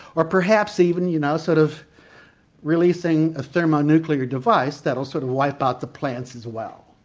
or perhaps even you know sort of releasing a thermo nuclear device that'll sort of wipe out the plants as well.